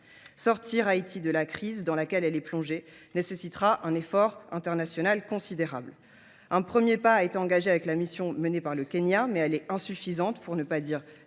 Sortir Haïti de la crise dans laquelle le pays est plongé nécessitera un effort international considérable. Un premier pas a certes été engagé avec la mission menée par le Kenya, mais celle ci reste insuffisante, pour ne pas dire